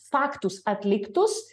faktus atliktus